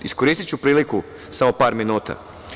Iskoristiću priliku samo par minuta.